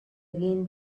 again